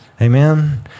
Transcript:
Amen